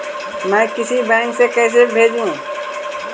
मैं किसी बैंक से कैसे भेजेऊ